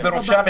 ובראשם,